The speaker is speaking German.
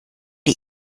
die